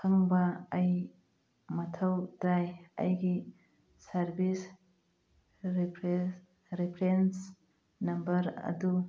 ꯈꯪꯕ ꯑꯩ ꯃꯊꯧ ꯇꯥꯏ ꯑꯩꯒꯤ ꯁꯥꯔꯕꯤꯁ ꯔꯤꯐꯔꯦꯟꯁ ꯅꯝꯕꯔ ꯑꯗꯨ